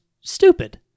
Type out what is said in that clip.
stupid